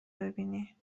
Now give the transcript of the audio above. ببینی